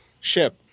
ship